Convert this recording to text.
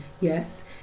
Yes